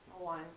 one